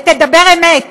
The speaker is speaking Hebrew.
ותדבר אמת.